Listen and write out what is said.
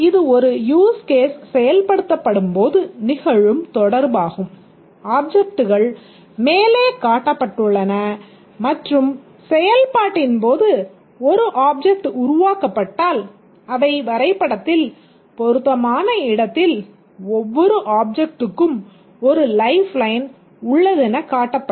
இது ஒரு use case செயல்படுத்தப்படும்போது நிகழும் தொடர்பாகும் ஆப்ஜெக்ட்கள் மேலே காட்டப்பட்டுள்ளன மற்றும் செயல்பாட்டின்போது ஒரு ஆப்ஜெக்ட் உருவாக்கப்பட்டால் அவை வரைபடத்தில் பொருத்தமான இடத்தில் ஒவ்வொரு ஆப்ஜெக்ட்டுக்கும் ஒரு லைஃப்லைன் உள்ளதென காட்டப்படும்